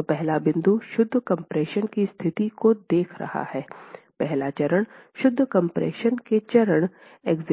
तो पहला बिंदु शुद्ध कम्प्रेशन की स्थिति को देख रहा है पहला चरण शुद्ध कम्प्रेशन के चरण ε1